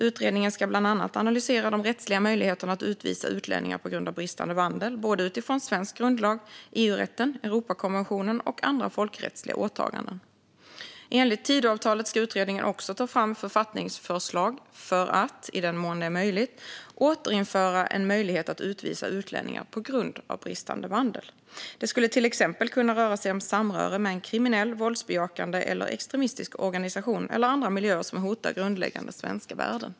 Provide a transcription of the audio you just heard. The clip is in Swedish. Utredningen ska bland annat analysera de rättsliga möjligheterna att utvisa utlänningar på grund av bristande vandel utifrån både svensk grundlag och EU-rätten, Europakonventionen och andra folkrättsliga åtaganden. Enligt Tidöavtalet ska utredningen också ta fram författningsförslag för att - i den mån det är möjligt - återinföra en möjlighet att utvisa utlänningar på grund av bristande vandel. Det skulle till exempel kunna röra sig om samröre med en kriminell, våldsbejakande eller extremistisk organisation eller andra miljöer som hotar grundläggande svenska värden.